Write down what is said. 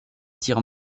tire